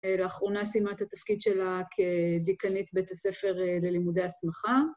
אה... לאחרונה סיימה את התפקיד שלה כ... דיקנית בית הספר אה.. ללימודי הסמכה.